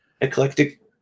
Eclectic